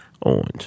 Orange